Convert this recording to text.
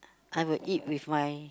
I will eat with my